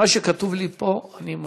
מה שכתוב לי פה אני מקריא.